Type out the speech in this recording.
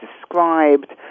described